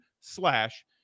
slash